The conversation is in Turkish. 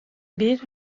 bir